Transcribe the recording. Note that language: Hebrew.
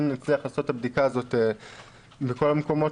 אם נצליח לעשות את הבדיקה הזאת בכל המקומות